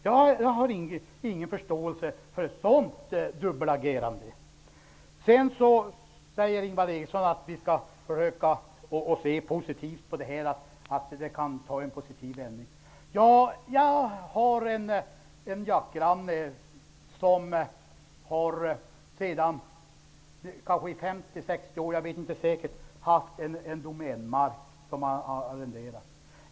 Jag har ingen förståelse för ett sådant dubbelagerande. Ingvar Eriksson sade att vi skall försöka att se positivt på möjligheterna att lösa den här frågan på ett bra sätt. Jag har en jaktgranne som i 50--60 år har arrenderat Domänverkets mark.